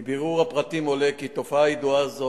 1. מבירור הפרטים עולה כי תופעה זו ידועה,